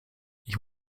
ich